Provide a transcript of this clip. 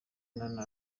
nana